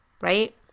right